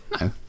No